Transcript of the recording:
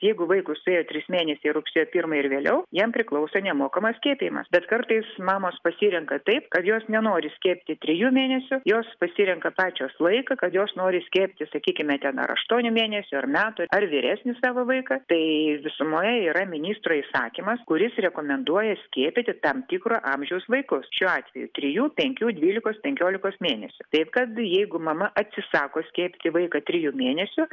jeigu vaikui suėjo trys mėnesiai rugsėjo pirmą ir vėliau jiem priklauso nemokamas skiepijimas bet kartais mamos pasirenka taip kad jos nenori skiepyti trijų mėnesių jos pasirenka pačios laiką kad jos nori skiepyti sakykime ten ar aštuonių mėnesių ar metų ar vyresnį savo vaiką tai visumoje yra ministro įsakymas kuris rekomenduoja skiepyti tam tikro amžiaus vaikus šiuo atveju trijų penkių dvylikos penkiolikos mėnesių taip kad jeigu mama atsisako skiepyti vaiką trijų mėnesių